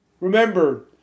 Remember